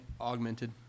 augmented